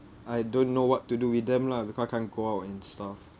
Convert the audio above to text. I don't know what to do with them lah because I can't go out and stuff